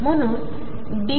म्हणून dρdt≠0